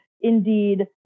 indeed